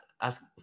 ask